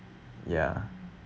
ya